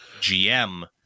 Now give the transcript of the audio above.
GM